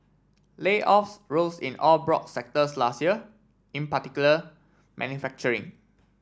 layoffs rose in all broad sectors last year in particular manufacturing